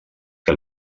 que